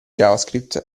javascript